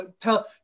tell